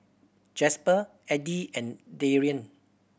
Jasper Edie and Darien